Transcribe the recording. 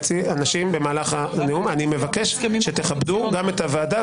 לקחת לעם את הזכויות, זה ההבדל.